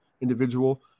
individual